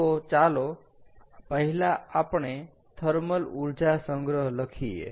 તો ચાલો પહેલા આપણે થર્મલ ઊર્જા સંગ્રહ લખીએ